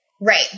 right